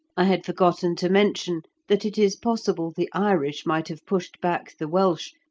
i had forgotten to mention that it is possible the irish might have pushed back the welsh,